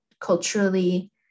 culturally